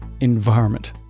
environment